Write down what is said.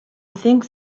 think